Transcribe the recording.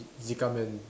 man